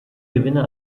gewinner